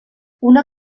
una